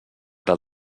del